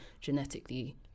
genetically